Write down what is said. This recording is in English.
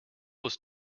was